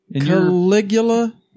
Caligula